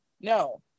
no